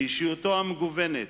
באישיותו המגוונת